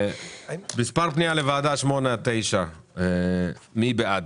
מספר פנייה לוועדה 8 עד 9. מי בעד?